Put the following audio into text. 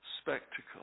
spectacle